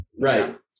right